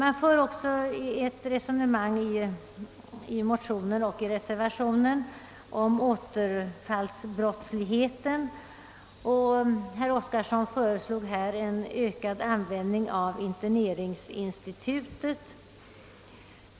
I motionen och reservationen för man också ett resonemang om återfallsbrottsligheten, och herr Oskarson föreslog här en ökad användning av interneringsinstitutet.